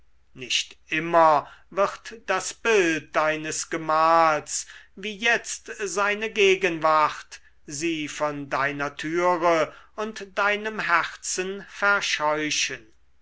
nicht immer wird das bild deines gemahls wie jetzt seine gegenwart sie von deiner türe und deinem herzen verscheuchen